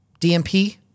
DMP